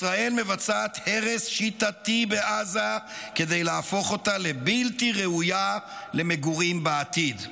ישראל מבצעת הרס שיטתי בעזה כדי להפוך אותה לבלתי ראויה למגורים בעתיד".